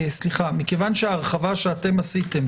שמכיוון שההרחבה שאתם עשיתם,